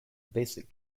basic